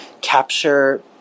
capture